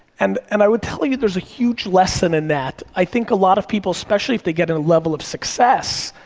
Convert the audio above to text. and and i would tell you, there's a huge lesson in that. i think a lot of people, especially if they get and a level of success,